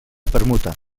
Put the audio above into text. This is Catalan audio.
permuta